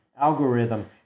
algorithm